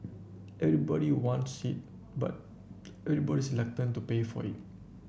everybody wants it but everybody's to pay for it